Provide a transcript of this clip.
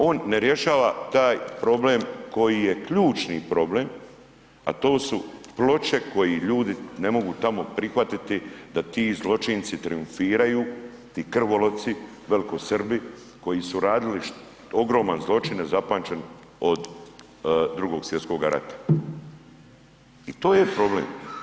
On ne rješava taj problem koji je ključni problem, a to su ploče koje ljudi ne mogu tamo prihvatiti da ti zločinci trijumfiraju, ti krvoloci velikosrbi koji su radili ogromne zločine nezapamćene od II. svjetskog rata i to je problem.